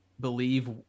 believe